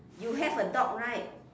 you have a dog right